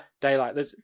daylight